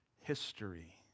history